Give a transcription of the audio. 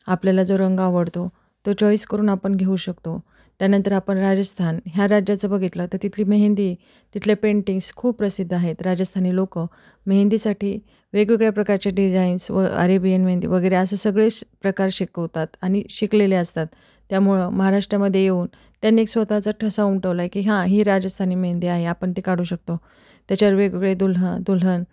आपल्याला जो रंग आवडतो तो चॉईस करून आपण घेऊ शकतो त्यानंतर आपण राजस्थान ह्या राज्याचं बघितलं तर तिथली मेहंदी तिथले पेंटिंग्स खूप प्रसिद्ध आहेत राजस्थानी लोक मेहंदीसाठी वेगवेगळ्या प्रकारचे डिझाईन्स व अरेबियन मेहंदी वगैरे असे सगळे प्रकार श् शिकवतात आणि शिकलेले असतात त्यामुळं महाराष्ट्रामध्ये येऊन त्यांनी एक स्वतःचा ठसा उमटवला आहे की हां ही राजस्थानी मेहंदी आहे आपण ते काढू शकतो त्याच्यावर वेगवेगळे दुलह दुलहन